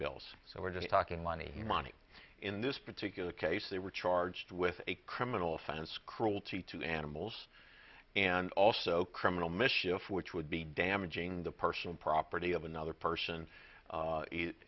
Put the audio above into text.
bills so we're talking money money in this particular case they were charged with a criminal offense cruelty to animals and also criminal mischief which would be damaging the personal property of another person